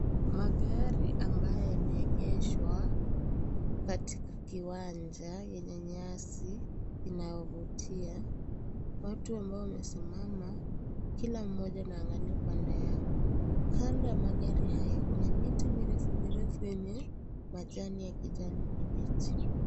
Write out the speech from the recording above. Magari ambayo yameegeshwa katika kiwanja, yenye nyasi, inayovutia. Watu ambao wamesimama, kila mmoja anaangalia pande yake. Kando magari haya, kuna miti mirefu mirefu ina majani ya kijani kibichi.